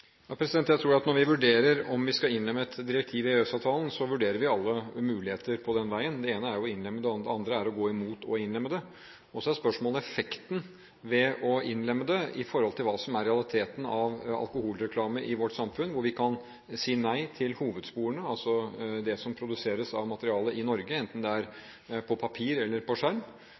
at når vi vurderer om vi skal innlemme et direktiv i EØS-avtalen, så vurderer vi alle muligheter på den veien. Det ene er å innlemme det, det andre er å gå imot å innlemme det. Så er spørsmålet hva som er effekten ved å innlemme det i forhold til hva som er realiteten når det gjelder alkoholreklame i vårt samfunn, hvor vi kan si nei til hovedsporene, altså det som produseres av materiale i Norge, enten det er på papir eller på